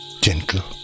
gentle